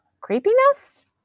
creepiness